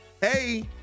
Hey